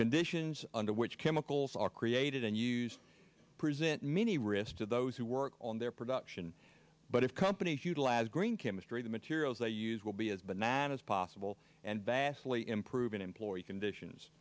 conditions under which chemicals are created and used present many risks to those who work on their production but if companies utilize green chemistry the materials they use will be as bananas possible and vastly improve an employee conditions